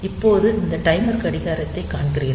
இப்போது இந்த டைமர் கடிகாரத்தை காண்கிறீர்கள்